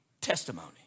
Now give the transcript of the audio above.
testimony